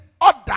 order